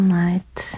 night